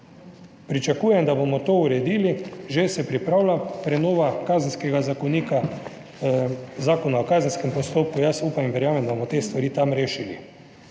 Pričakujem, da bomo to uredili. Se že pripravlja prenova Kazenskega zakonika, Zakona o kazenskem postopku; jaz upam in verjamem, da bomo te stvari tam rešili.